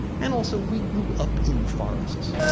and also, we grew up in forests.